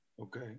Okay